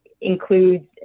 includes